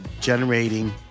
generating